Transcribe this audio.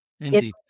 Indeed